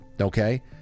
Okay